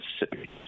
Mississippi